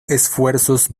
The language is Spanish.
esfuerzos